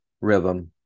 Rhythm